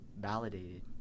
validated